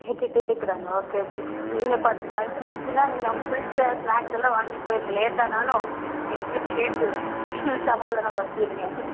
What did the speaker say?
கேட்டுகிட்டே இருக்கிறாங்களா okay okay நீங்கள் இப்போ அடுத்த ஜங்சன் வந்துச்சுனா நீங்கள் அவங்களுக்கு பிடிச்ச ஸ்நாக்ஸ் எல்லாம் வாங்கிகிட்டு போயிடுங்க லேட்டானாலும் ஐஸ்க்ரீம் கேக்கு சமாதானப்படுத்திடுங்க